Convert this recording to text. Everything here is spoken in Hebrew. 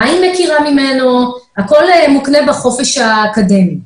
מה היא מכירה ממנו, והכול מוקנה בחופש האקדמי.